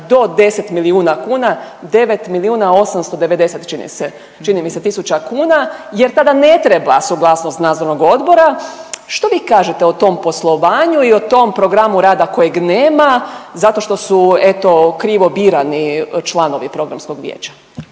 do 10 milijuna kuna, 9 milijuna 890, čini se, čini mi se, tisuća kuna jer tada ne treba suglasnost nadzornog odbora. Što vi kažete o tom poslovanju i o tom programu rada kojeg nema, zato što su eto, krivo birani članovi programskog vijeća?